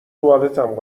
توالتم